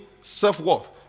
self-worth